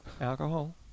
alcohol